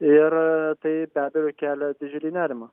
ir tai be abejo kelia didžiulį nerimą